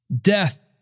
death